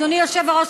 אדוני היושב-ראש,